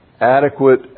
adequate